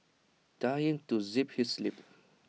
tell him to zip his lip